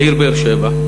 העיר באר-שבע,